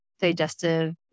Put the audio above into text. digestive